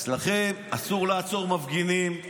אצלכם אסור לעצור מפגינים,